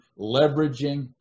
leveraging